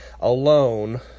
alone